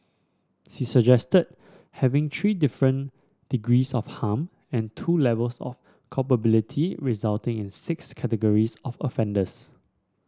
she suggested having three different degrees of harm and two levels of culpability resulting in six categories of offenders